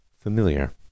familiar